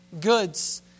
goods